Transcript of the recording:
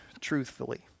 truthfully